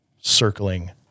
circling